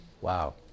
Wow